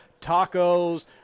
tacos